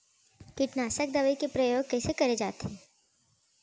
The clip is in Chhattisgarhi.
कीटनाशक दवई के प्रयोग कइसे करे जाथे?